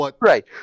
Right